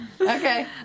Okay